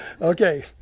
Okay